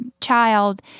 child